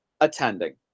Attending